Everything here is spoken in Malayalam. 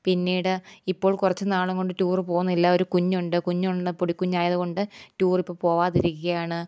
പിന്നീട് ഇപ്പോൾ കുറച്ച് നാളുകൊണ്ട് ടൂറ് പോകുന്നില്ല ഒരു കുഞ്ഞുണ്ട് കുഞ്ഞുണ്ട് പൊടിക്കുഞ്ഞ് ആയതുകൊണ്ട് ടൂറിപ്പോൾ പോവാതിരിയ്ക്കുകയാണ്